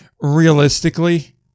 Realistically